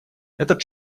этот